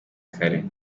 kare